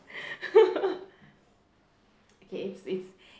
okay it's it's